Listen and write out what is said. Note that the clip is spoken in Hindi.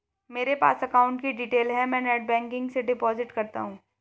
मेरे पास अकाउंट की डिटेल है मैं नेटबैंकिंग से डिपॉजिट करता हूं